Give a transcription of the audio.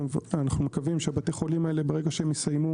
אנו מקווים שבתי החולים הללו ברגע שיסיימו